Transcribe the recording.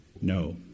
No